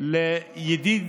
לידיד